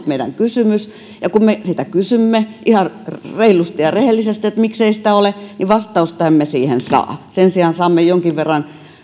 meidän kysymyksemme ja kun me sitä kysymme ihan reilusti ja rehellisesti että miksei sitä ole niin vastausta emme siihen saa sen sijaan saamme jonkin verran